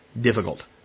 difficult